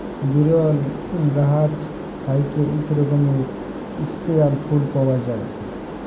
বিরল গাহাচ থ্যাইকে ইক রকমের ইস্কেয়াল ফুল পাউয়া যায়